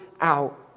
out